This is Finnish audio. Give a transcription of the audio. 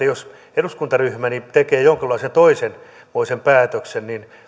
jos eduskuntaryhmäni tekee jonkunlaisen toisenmoisen päätöksen niin